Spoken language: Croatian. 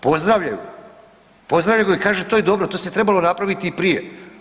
Pozdravljaju, pozdravljaju ga i kažu to je dobro, to se trebalo napraviti i prije.